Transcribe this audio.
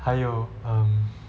还有 um